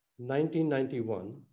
1991